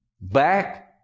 back